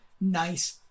nice